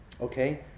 okay